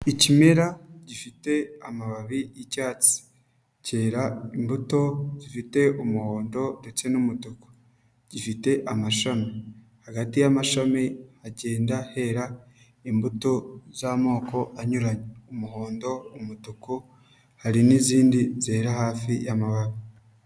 Ikimera gifite amababi y'icyatsi, cyera imbuto zifite umuhondo ndetse n'umutuku, gifite amashami, hagati y'amashami hagenda hera imbuto z'amoko anyuranye, umuhondo, umutuku, hari n'izindi zera hafi y'amababi.